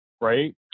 right